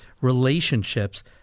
relationships